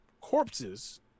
corpses